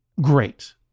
great